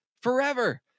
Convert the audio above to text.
forever